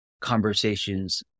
conversations